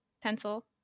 pencil